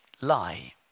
lie